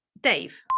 Dave